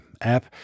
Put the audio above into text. app